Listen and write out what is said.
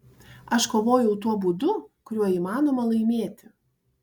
aš kovojau tuo būdu kuriuo įmanoma laimėti